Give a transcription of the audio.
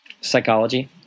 Psychology